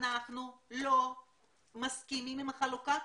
אנחנו לא מסכימים עם חלוקה כזאת,